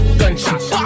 gunshots